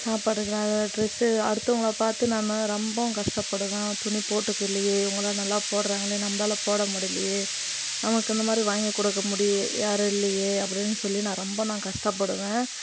சாப்பாட்டுக்கெல்லாம் dress அடுத்தவங்க பார்த்து நான் ரொம்பவும் கஷ்டப்படுவேன் துணிபோட்டுக்க இல்லையே இவங்கெல்லாம் நல்லா போடுகிறாங்களே நம்மளால் போடமுடியலியே நமக்கு இந்தமாதிரி வாங்கி கொடுக்க முடிய யாரும் இல்லையே அப்படினு சொல்லி நான் ரொம்ப கஷ்டப்படுவேன்